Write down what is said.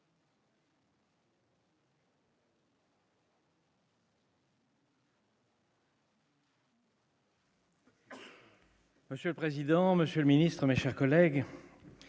Monsieur le président, Monsieur le Ministre, mes chers collègues,